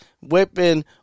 whipping